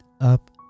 up